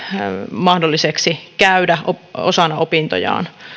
mahdollisiksi käydä osana opintojaan